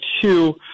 two